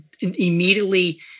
immediately